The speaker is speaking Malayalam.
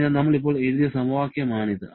അതിനാൽ നമ്മൾ ഇപ്പോൾ എഴുതിയ സമവാക്യമാണിത്